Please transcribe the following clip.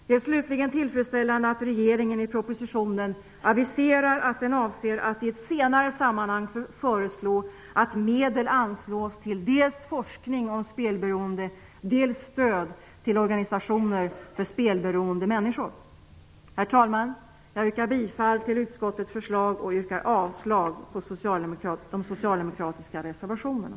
Det är slutligen tillfredsställande att regeringen i propositionen aviserar att man avser att i ett senare sammanhang föreslå att medel anslås till dels forskning om spelberoende, dels stöd till organisationer för spelberoende människor. Herr talman! Jag yrkar bifall till utskottets förslag och avslag på de socialdemokratiska reservationerna.